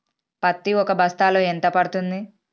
పత్తి ఒక బస్తాలో ఎంత పడ్తుంది?